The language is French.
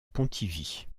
pontivy